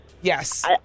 yes